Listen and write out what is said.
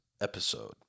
episode